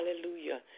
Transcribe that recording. Hallelujah